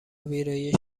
ویرایش